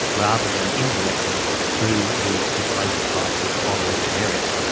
rather than indirectly through these inflated prices on these generics.